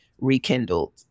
rekindled